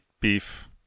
beef